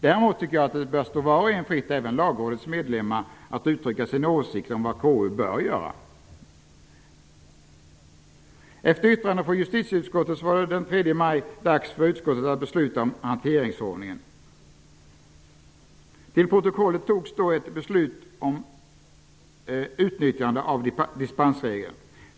Däremot bör det stå var och en fritt -- även Lagrådets ledamöter -- att uttrycka sin åsikt om vad KU bör göra. maj dags för utskottet att besluta om hanteringsordningen. Till protokollet togs då ett beslut om utnyttjande av dispensregeln.